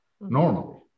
normally